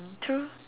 true